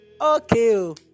Okay